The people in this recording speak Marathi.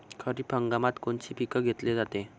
खरिप हंगामात कोनचे पिकं घेतले जाते?